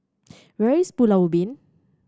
where is Pulau Ubin